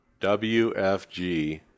WFG